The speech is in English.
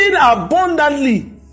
abundantly